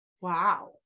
Wow